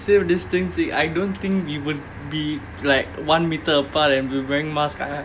safe distancing I don't think we will be like one metre apart and wearing mask ah